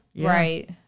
Right